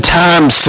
times